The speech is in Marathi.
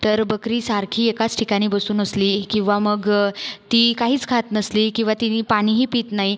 तर बकरी सारखी एकाच ठिकाणी बसून असली किंवा मग ती काहीच खात नसली किंवा ती पाणीही पित नाही